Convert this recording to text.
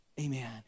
Amen